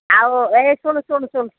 ଆଉ ଏ ଶୁଣ୍ ଶୁଣ୍ ଶୁଣ୍